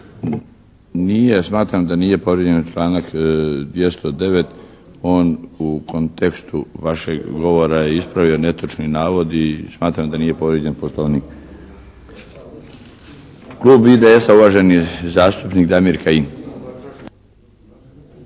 smatram da nije povrijeđen članak 209., on u kontekstu vašeg govora je ispravio netočni navod i smatram da nije povrijeđen Poslovnik. Klub IDS-a, uvaženi zastupnik Damir Kajin.